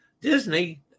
Disney